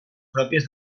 pròpies